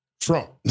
Trump